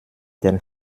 den